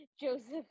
Joseph